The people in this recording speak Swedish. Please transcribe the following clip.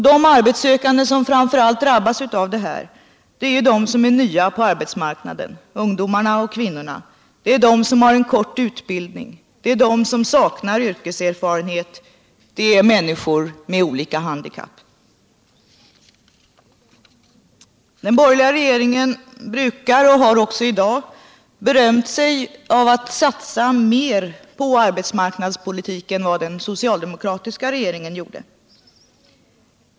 De arbetssökande som framför allt drabbas av detta är de som är nya på arbetsmarknaden — ungdomar och kvinnor —, de som har kort utbildning, de som saknar yrkesvana, de som har olika handikapp. Den borgerliga regeringen brukar — den har också gjort det i dag — berömma sig av att satsa mer på arbetsmarknadspolitiken än den socialdemokratiska regeringen gjorde.